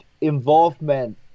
involvement